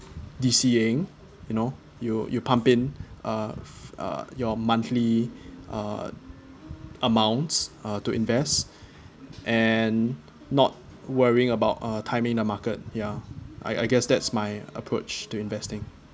D_Cing you know you you pump in uh uh your monthly uh amounts to invest and not worrying about uh timing the market ya I I guess that's my approach to investing